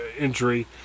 injury